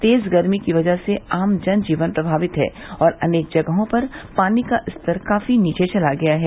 तेज गर्मी की वजह से आम जन जीवन प्रमावित है और अनेक जगहों पर पानी का स्तर काफी नीचे चला गया है